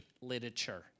literature